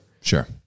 Sure